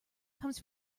comes